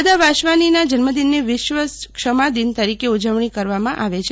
દાદા વાસવાનીના જન્મદિનની વિશ્વ ક્ષમા દિન તરીકે ઉજવણી કરવામાં આવે છે